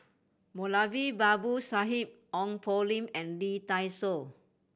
Moulavi Babu Sahib Ong Poh Lim and Lee Dai Soh